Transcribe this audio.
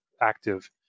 active